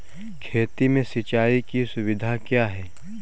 खेती में सिंचाई की सुविधा क्या है?